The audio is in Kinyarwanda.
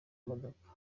modoka